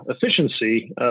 efficiency